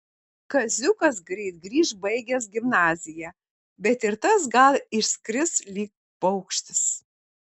kaziukas greit grįš baigęs gimnaziją bet ir tas gal išskris lyg paukštis